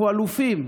אנחנו אלופים.